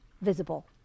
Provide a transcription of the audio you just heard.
visible